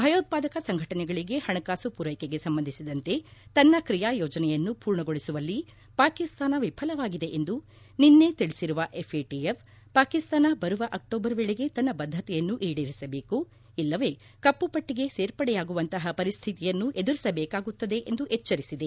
ಭಯೋತ್ವಾದಕ ಸಂಘಟನೆಗಳಿಗೆ ಪಣಕಾಸು ಪೂರೈಕೆಗೆ ಸಂಬಂಧಿಸಿದಂತೆ ತನ್ನ ಕ್ರಿಯಾ ಯೋಜನೆಯನ್ನು ಪೂರ್ಣಗೊಳಿಸುವಲ್ಲಿ ಪಾಕಿಸ್ತಾನ ವಿಫಲವಾಗಿದೆ ಎಂದು ನಿನ್ನೆ ತಿಳಿಸಿರುವ ಎಫ್ಎಟಿಎಫ್ ಪಾಕಿಸ್ತಾನ ಬರುವ ಅಕ್ಷೋಬರ್ ವೇಳೆಗೆ ತನ್ನ ಬದ್ದತೆಯನ್ನು ಈಡೇರಿಸಬೇಕು ಇಲ್ಲವೇ ಕಪ್ಪಪಟ್ಲಗೆ ಸೇರ್ಪಡೆಯಾಗುವಂತಹ ಪರಿಸ್ಥಿತಿಯನ್ನು ಎದುರಿಸಬೇಕಾಗುತ್ತದೆ ಎಂದು ಎಚ್ಚರಿಸಿದೆ